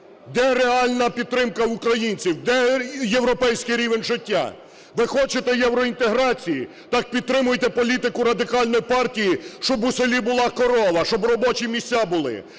де реальна підтримка українців, де європейський рівень життя? Ви хочете євроінтеграцію, так підтримуйте політику Радикальної партії, щоб у селі була корова, щоб робочі місця були.